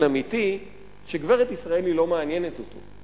אמיתי שגברת ישראלי לא מעניינת אותו.